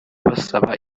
basaba